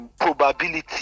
Probability